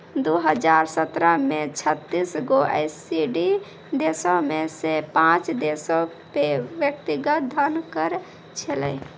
दु हजार सत्रह मे छत्तीस गो ई.सी.डी देशो मे से पांच देशो पे व्यक्तिगत धन कर छलै